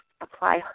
apply